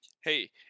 Hey